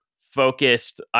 focused